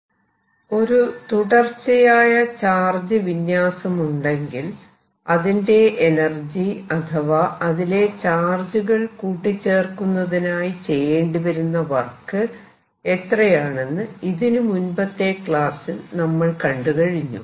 തുടർ ചാർജ് വിന്യാസത്തിന്റെ energy 1I ഒരു ഉദാഹരണം ഒരു തുടർച്ചയായ ചാർജ് വിന്യാസമുണ്ടെങ്കിൽ അതിന്റെ എനർജി അഥവാ അതിലെ ചാർജുകൾ കൂട്ടിച്ചേർക്കുന്നതിനായി ചെയ്യേണ്ടി വരുന്ന വർക്ക് എത്രയാണെന്ന് ഇതിനു മുൻപത്തെ ക്ലാസ്സിൽ നമ്മൾ കണ്ടുകഴിഞ്ഞു